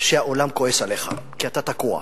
שהעולם כועס עליך, כי אתה תקוע.